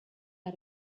how